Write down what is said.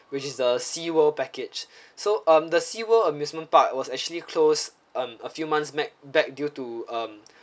which is the seaworld package so um the seaworld amusement park was actually closes um a few months back back due to um